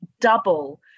double